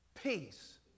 Peace